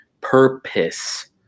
purpose